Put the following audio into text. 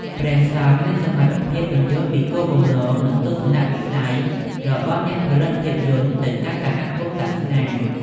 ព្រះសង្ឃមានសមត្ថភាព ពន្យល់ពីគោលបំណង និងទស្សនៈវិស័យរបស់អ្នកផលិតភាពយន្ត ទៅកាន់សហគមន៍សាសនា។